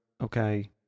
okay